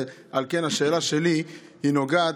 ועל כן השאלה שלי היא נוגעת.